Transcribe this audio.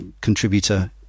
contributor